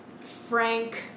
Frank